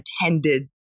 attended